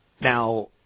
Now